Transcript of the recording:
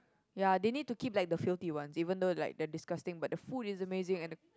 ya they need to keep like the filthy ones even though like they are disgusting but the food is amazing and the